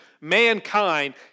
mankind